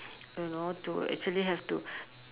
you know to actually have to